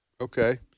Okay